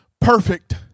perfect